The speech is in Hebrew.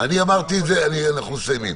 אנחנו מסיימים.